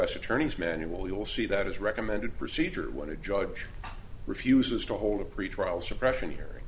s attorney's manual you will see that is recommended procedure when a judge refuses to hold a pretrial suppression hearing